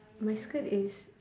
my skirt is